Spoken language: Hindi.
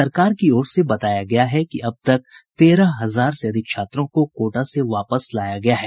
सरकार की ओर से बताया गया है कि अब तक तेरह हजार से अधिक छात्रों को कोटा से वापस लाया गया है